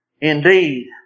Indeed